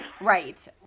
Right